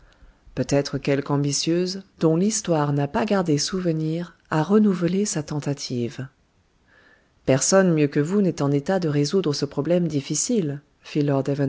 peut-être quelque ambitieuse dont l'histoire n'a pas gardé souvenir a renouvelé sa tentative personne mieux que vous n'est en état de résoudre ce problème difficile